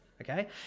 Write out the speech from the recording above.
okay